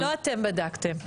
לא אתם בדקתם.